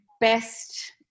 best